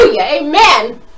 Amen